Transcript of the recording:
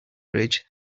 bridge